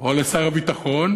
או לשר הביטחון,